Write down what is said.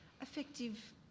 effective